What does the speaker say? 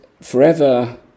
forever